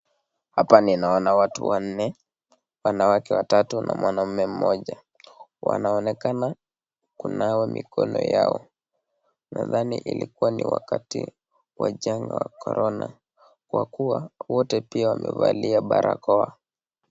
Hapa ninaona watu wanne, wanawake watatu na mwanaume mmoja. Wanaonekana kunawa mikono yao, nadhani ilikuwa wakati wa janga ya korona, kwa kuwa wote pia wamevalia barakoa.